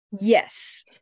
Yes